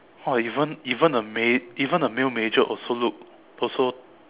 !wah! even even a ma~ even a male major also look also